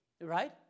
Right